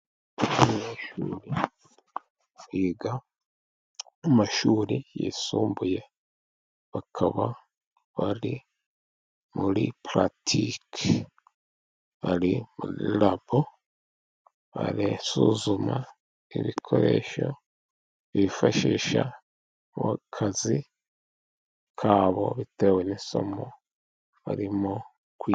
Muri kwiga mu mashuri yisumbuye bakaba bari muri puratike, bari muri rabo barasuzuma ibikoresho bifashisha mu kazi kabo, bitewe n'isomo barimo kwiga.